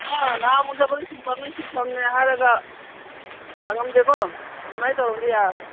ꯑꯥ ꯅꯍꯥꯟꯃꯨꯛ ꯆꯠꯄꯗ ꯁꯤꯟꯐꯝꯅꯤ ꯁꯤꯟꯐꯝꯅꯤ ꯍꯥꯏꯔꯒ ꯍꯥꯡꯂꯝꯗꯦꯀꯣ ꯑꯗꯨꯃꯥꯏꯅ ꯇꯧꯔꯝꯂꯗꯤ ꯌꯥꯔꯣꯏ